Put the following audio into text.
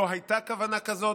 לא הייתה כוונה כזאת,